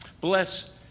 Bless